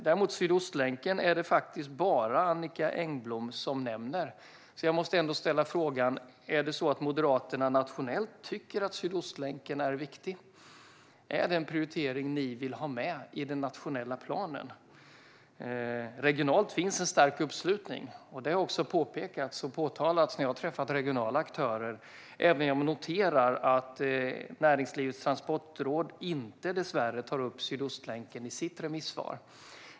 Däremot är det faktiskt bara Annicka Engblom som nämner Sydostlänken, så jag måste ställa frågan om det är så att Moderaterna nationellt tycker att Sydostlänken är viktig. Är det en prioritering ni vill ha med i den nationella planen? Regionalt finns en stark uppslutning, vilket har påpekats och uttalats när jag har träffat regionala aktörer, även om jag noterar att Näringslivets Transportråd dessvärre inte tar upp Sydostlänken i sitt remissvar.